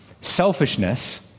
Selfishness